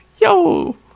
Yo